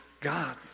God